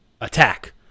attack